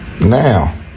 Now